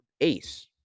ace